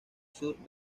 sur